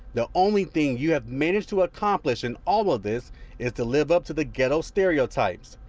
the only thing you've managed to accomplish in all of this is to live up to the ghetto stereotypes.